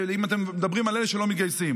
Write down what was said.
אם אתם מדברים על אלה שלא מתגייסים.